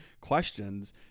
questions